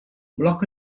blocco